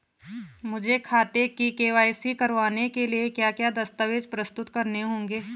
मुझे खाते की के.वाई.सी करवाने के लिए क्या क्या दस्तावेज़ प्रस्तुत करने होंगे?